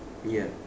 ya